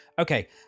Okay